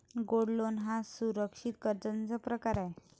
gold loan हा सुरक्षित कर्जाचा प्रकार आहे